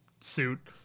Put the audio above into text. suit